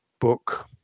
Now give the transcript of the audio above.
book